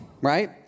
Right